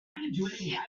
writing